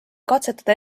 katsetada